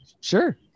Sure